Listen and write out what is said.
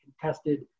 contested